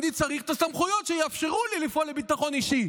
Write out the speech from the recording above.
אני צריך את הסמכויות שיאפשרו לי לפעול לביטחון אישי.